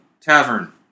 tavern